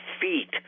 feet